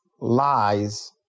lies